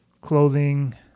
clothing